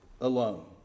alone